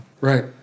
Right